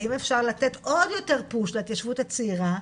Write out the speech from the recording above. האם אפשר לתת עוד יותר פוש להתיישבות הצעירה,